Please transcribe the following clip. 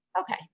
Okay